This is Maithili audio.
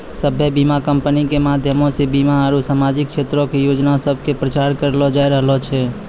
सभ्भे बीमा कंपनी के माध्यमो से बीमा आरु समाजिक क्षेत्रो के योजना सभ के प्रचार करलो जाय रहलो छै